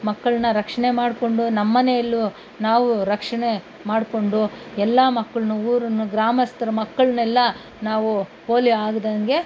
ಮಕ್ಕಳನ್ನ ರಕ್ಷಣೆ ಮಾಡಿಕೊಂಡು ನಮ್ಮನೆಯಲ್ಲೂ ನಾವು ರಕ್ಷಣೆ ಮಾಡಿಕೊಂಡು ಎಲ್ಲ ಮಕ್ಕಳನ್ನು ಊರನ್ನು ಗ್ರಾಮಸ್ಥರ ಮಕ್ಕಳನ್ನೆಲ್ಲ ನಾವು ಪೋಲಿಯೋ ಆಗದಂತೆ